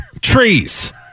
Trees